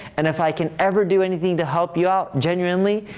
and if i can ever do anything to help you out, genuinely,